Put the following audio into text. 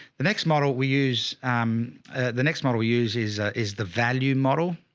the next model we use um the next model we use is a, is the value model.